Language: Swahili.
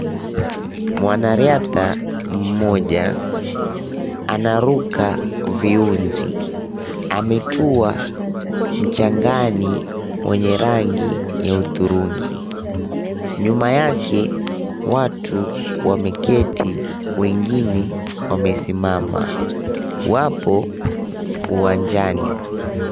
Mwanariadha mmoja anaruka viunzi, ametua mchangani wenye rangi ya udhurungi, Nyuma yake watu wameketi wengine wamesimama, wapo uwanjani.